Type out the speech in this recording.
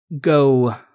go